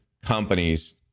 companies